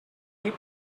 heap